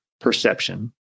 perception